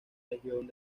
legión